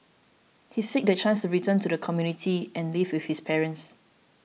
he seeks the chance to return to the community and live with his parents